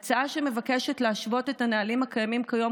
ההצעה מבקשת להשוות את הנהלים הקיימים כיום